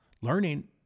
Learning